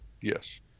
Yes